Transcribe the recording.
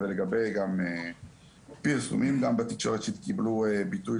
זה גם לגבי פרסומים גם בתקשורת שקיבלו ביטוי,